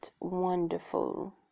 wonderful